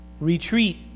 Retreat